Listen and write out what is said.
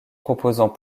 proposant